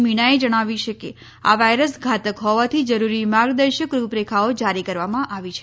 મિણાએ જણાવ્યું છે કે આ વાયરસ ધાતક હોવાથી જરૂરી માર્ગદર્શક રૂપરેખાઓ જારી કરવામાં આવી છે